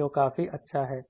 जो काफी अच्छा है